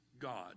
God